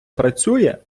працює